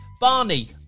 Barney